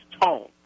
tone